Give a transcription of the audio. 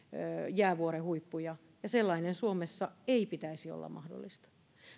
jäävuoren huippuja ja sellaisen suomessa ei pitäisi olla mahdollista